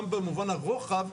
גם במובן הרוחב,